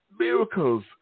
miracles